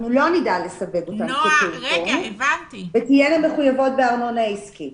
לא נדע לסווג אותן כפעוטון והן מחויבות בארנונה עסקית.